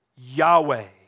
Yahweh